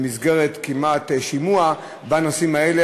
במסגרת כמעט שימוע בנושאים האלה,